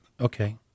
Okay